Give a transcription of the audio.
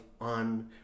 On